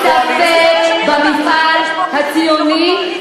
זה מטיל ספק במפעל הציוני,